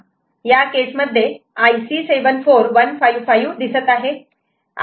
या केसमध्ये IC 74155 दिसत आहे